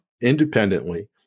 independently